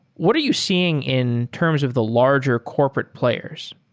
what are you seeing in terms of the larger corporate players?